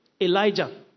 Elijah